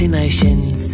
Emotions